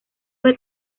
fue